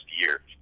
year